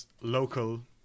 local